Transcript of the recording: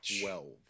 Twelve